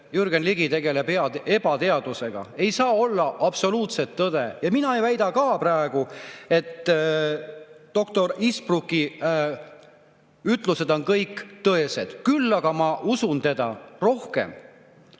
Jürgen Ligi tegeleb ebateadusega. Ei saa olla absoluutset tõde. Ja mina ei väida ka praegu, et doktor Easterbrooki ütlused on kõik tõesed. Küll aga ma usun teda rohkem,